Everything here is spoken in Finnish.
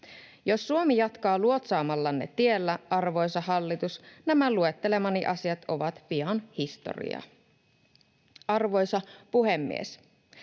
Jos Suomi jatkaa luotsaamallanne tiellä, arvoisa hallitus, nämä luettelemani asiat ovat pian historiaa. Arvoisa puhemies!